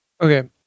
Okay